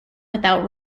without